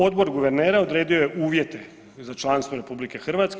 Odbor guvernera odredio je uvjete za članstvo RH.